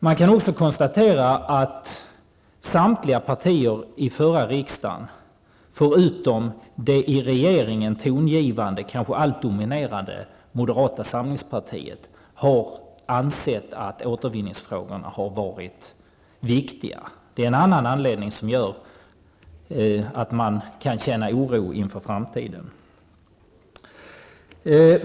Man kan också konstatera att samtliga partier i den förra riksdagen, förutom det i den nuvarande regeringen tongivande -- kanske allt dominerande -- moderata samlingspartiet, har ansett att återvinningsfrågorna har varit viktiga. Det är en annan anledning till att man kan känna oro inför framtiden.